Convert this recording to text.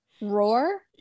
Roar